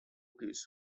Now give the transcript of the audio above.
goose